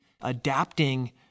adapting